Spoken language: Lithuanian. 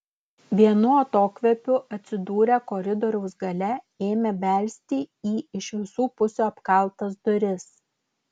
vienu atokvėpiu atsidūrę koridoriaus gale ėmė belsti į iš visų pusių apkaltas duris